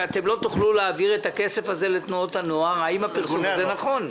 שאתם לא תוכלו להעביר את הכסף הזה לתנועות הנוער האם הפרסום הזה נכון?